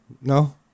No